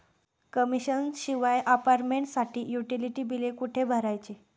Commission शिवाय अपार्टमेंटसाठी utility बिले कुठे भरायची?